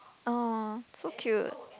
oh so cute